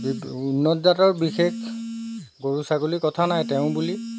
B উন্নত জাতৰ বিশেষ গৰু ছাগলী কথা নাই তেও বুলি